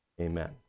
Amen